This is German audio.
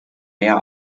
mehr